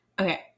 Okay